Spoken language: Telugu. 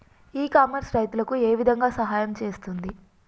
ఇ కామర్స్ రైతులకు ఏ విధంగా సహాయం చేస్తుంది?